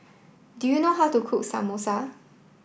do you know how to cook Samosa